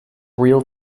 real